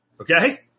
Okay